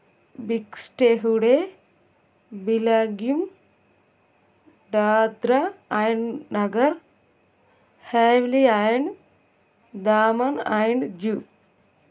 big స్టే హుడే బిలాగిమ్ Dadra and Nagar Haveli and Daman and zoo